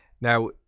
Now